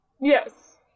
Yes